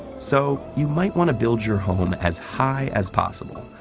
so, you might want to build your home as high as possible.